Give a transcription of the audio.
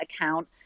account